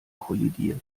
kollidiert